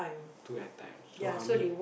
two at times so how many